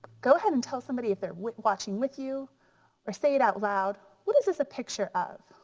go ahead and tell somebody if they're watching with you or say it out loud, what is this a picture of?